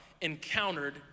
encountered